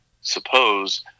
suppose